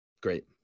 Great